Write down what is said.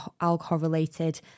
alcohol-related